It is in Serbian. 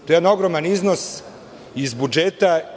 To je jedan ogroman iznos iz budžeta.